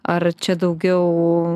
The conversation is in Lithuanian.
ar čia daugiau